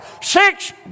six